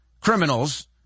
criminals